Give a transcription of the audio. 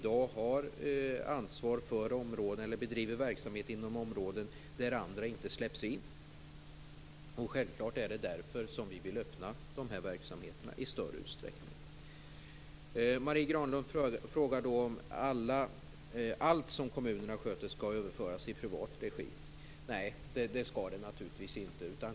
De bedriver ju i dag verksamhet inom områden där andra inte släpps in. Självklart är det därför vi vill öppna dessa verksamheter i större utsträckning. Marie Granlund frågar om allt som kommunerna sköter skall överföras i privat regi. Nej, det skall det naturligtvis inte.